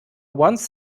once